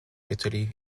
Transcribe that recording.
italy